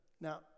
now